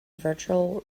virtual